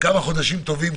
הבריאות: